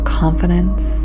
confidence